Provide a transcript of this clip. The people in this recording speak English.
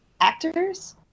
actors